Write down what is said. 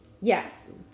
Yes